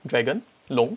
dragon 龙